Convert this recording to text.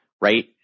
right